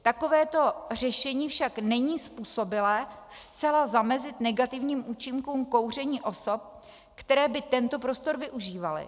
Takovéto řešení však není způsobilé zcela zamezit negativním účinkům kouření osob, které by tento prostor využívaly.